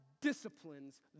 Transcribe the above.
disciplines